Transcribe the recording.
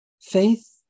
Faith